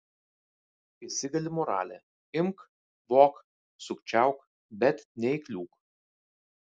įsigali moralė imk vok sukčiauk bet neįkliūk